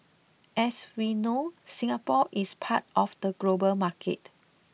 as we know Singapore is part of the global market